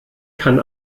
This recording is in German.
kann